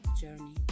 journey